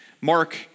Mark